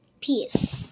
peace